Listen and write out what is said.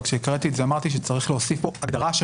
אבל כשקראתי את זה אמרתי שצריך להוסיף פה הגדרה של